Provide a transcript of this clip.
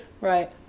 Right